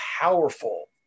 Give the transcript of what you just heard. powerful